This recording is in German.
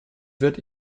wird